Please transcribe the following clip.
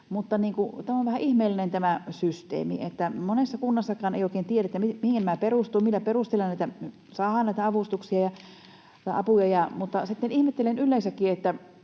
systeemi on vähän ihmeellinen: monessa kunnassakaan ei oikein tiedetä, mihin nämä perustuvat, millä perusteella näitä avustuksia ja apuja saadaan. Ihmettelen yleensäkin,